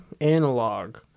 analog